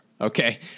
Okay